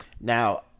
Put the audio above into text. now